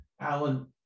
Alan